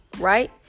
right